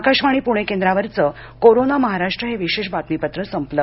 आकाशवाणी पूणे केंद्रावरचं कोरोना महाराष्ट्र हे विशेष बातमीपत्र संपलं